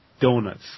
donuts